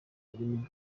rurimi